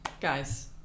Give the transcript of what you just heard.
Guys